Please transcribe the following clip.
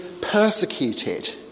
persecuted